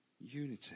unity